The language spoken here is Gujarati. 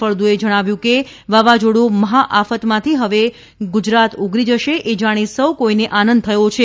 ફળદુએ કહ્યુંહતું કે વાવાઝોડું મહાઆફતમાંથી હવે ગુજરાત ઉગરી જશે એ જાણી સૌ કોઇને આનંદ થયો છે